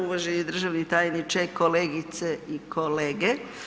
Uvaženi državni tajniče, kolegice i kolege.